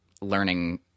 learning